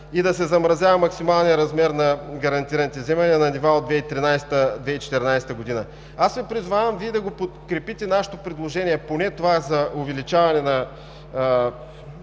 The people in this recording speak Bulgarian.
и да се замразява максималния размер на гарантираните вземания на нива от 2013 – 2014 г. Призовавам да подкрепите нашето предложение, поне това за увеличаване на